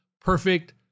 perfect